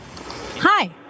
Hi